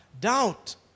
Doubt